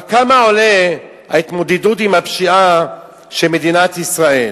אבל כמה עולה ההתמודדות עם הפשיעה של מדינת ישראל?